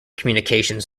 communications